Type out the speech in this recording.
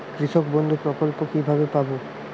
কৃষকবন্ধু প্রকল্প কিভাবে পাব?